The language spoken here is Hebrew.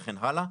וכן הלאה,